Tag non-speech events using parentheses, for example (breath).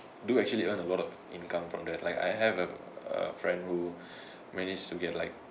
do actually earn a lot of income from that like I have a a friend who (breath) managed to get like